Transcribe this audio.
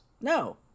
No